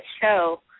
show